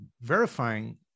verifying